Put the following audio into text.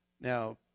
Now